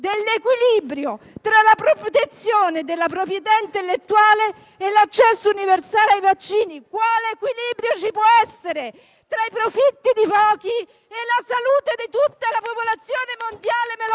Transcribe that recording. dell'equilibrio tra la protezione della proprietà intellettuale e l'accesso universale ai vaccini. Quale equilibrio ci può essere tra i profitti di pochi e la salute di tutta la popolazione mondiale? Me lo